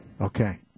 Okay